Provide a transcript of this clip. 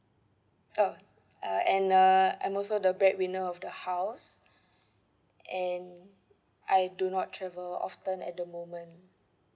oh uh and uh I'm also the breadwinner of the house and I do not travel often at the moment